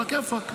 עלא כיפאק,